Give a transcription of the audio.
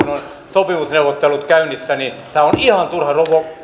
sopimusneuvottelut käynnissä tämä on ihan turha